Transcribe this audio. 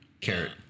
carrot